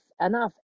enough